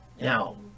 now